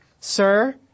Sir